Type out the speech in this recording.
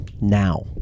now